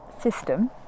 system